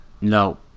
No